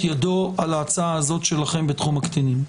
ידו על ההצעה הזאת שלכם בתחום הקטינים.